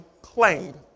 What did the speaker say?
claimed